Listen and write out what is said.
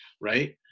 right